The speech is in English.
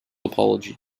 apology